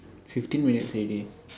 fifteen minutes already